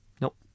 Nope